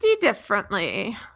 differently